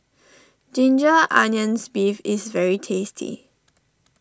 Ginger Onions Beef is very tasty